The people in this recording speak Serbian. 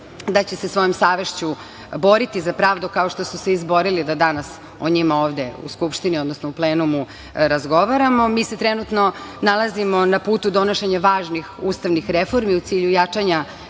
da će se svojom savešću boriti za pravdu kao što su se izborili do danas, o njima ovde u Skupštini, odnosno u plenumu razgovaramo. Mi se trenutno nalazimo na putu donošenja važnih ustavnih reformi u cilju jačanja